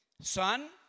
Son